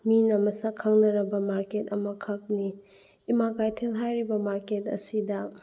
ꯃꯤꯅ ꯃꯁꯛ ꯈꯪꯅꯔꯕ ꯃꯥꯔꯀꯦꯠ ꯑꯃꯈꯛꯅꯤ ꯏꯃꯥ ꯀꯩꯊꯦꯜ ꯍꯥꯏꯔꯤꯕ ꯃꯥꯔꯀꯦꯠ ꯑꯁꯤꯗ